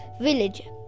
village